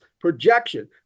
projection